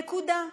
נקודה.